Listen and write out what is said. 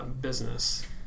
business